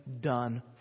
done